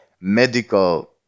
medical